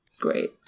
Great